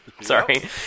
Sorry